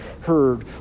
heard